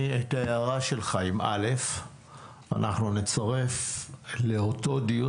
את ההארה שלך אנחנו נצרף לאותו דיון